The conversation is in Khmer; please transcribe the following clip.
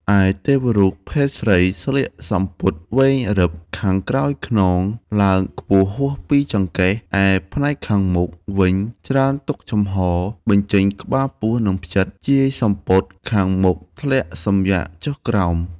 ឯទេវរូបភេទស្រីស្លៀកសំពត់វែងរឹប ខាងក្រោយខ្នងឡើងខ្ពស់ហួសពីចង្កេះ ឯផ្នែកខាងមុខវិញ ច្រើនទុកចំហ បញ្ចេញក្បាលពោះ និងផ្ចិត ជាយសំពត់ខាងមុខធ្លាក់សំយ៉ាកចុះក្រោម។